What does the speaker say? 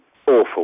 awful